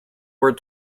word